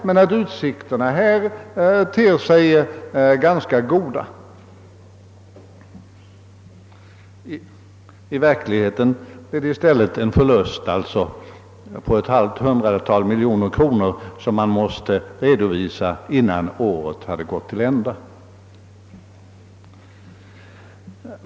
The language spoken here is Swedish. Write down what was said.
men att utsikterna ter sig ganska goda? I verkligheten blev det i stället en kapitalförlust på ett halvt hundratal miljoner kronor som måste redovisas innan året hade gått till ända.